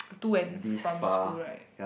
to and from school right